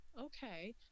okay